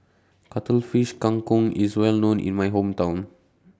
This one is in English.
Cuttlefish Kang Kong IS Well known in My Hometown